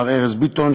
מר ארז ביטון,